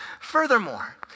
Furthermore